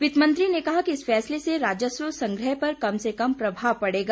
वित्त मंत्री ने कहा कि इस फैसले से राजस्व संग्रह पर कम से कम प्रभाव पड़ेगा